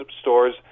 stores